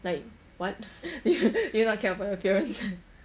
like what you do you not care about your appearance